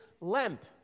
lamp